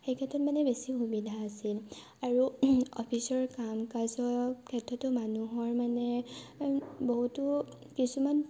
সেই ক্ষেত্ৰত মানে বেছি সুবিধা আছিল আৰু অফিচৰ কাম কাজৰ ক্ষেত্ৰতো মানে বহুতো কিছুমান